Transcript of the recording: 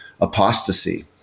apostasy